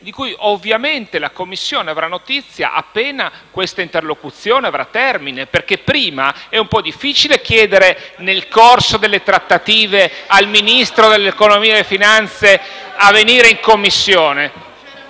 di cui ovviamente la Commissione avrà notizia appena avrà termine. È un po' difficile chiedere, nel corso delle trattative, al Ministro dell'economia e delle finanze di venire in Commissione.